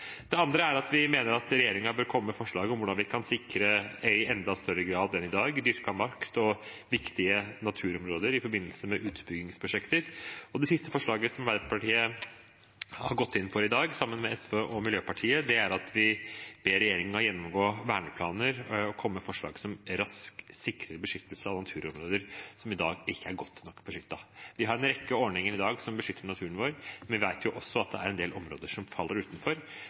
Det andre er at vi mener at regjeringen bør komme med forslag om hvordan vi i enda større grad enn i dag kan sikre dyrket mark og viktige naturområder i forbindelse med utbyggingsprosjekter. Og det siste forslaget som Arbeiderpartiet har gått inn for i dag, sammen med SV og Miljøpartiet De Grønne, er at vi ber regjeringen om å gjennomgå verneplaner og komme med forslag som raskt sikrer beskyttelse av naturområder som i dag ikke er godt nok beskyttet. Vi har en rekke ordninger i dag som beskytter naturen vår, men vi vet også at det er en del områder som faller utenfor.